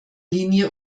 linie